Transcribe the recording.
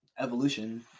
evolution